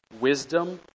wisdom